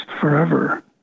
forever